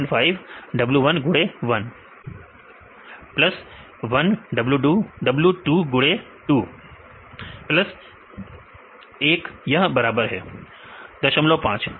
विद्यार्थी plus 1 w2 गुडे x2 विद्यार्थी 1 प्लस 1 यह बराबर है विद्यार्थी 05 05